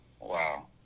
wow